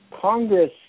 congress